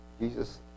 Jesus